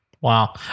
Wow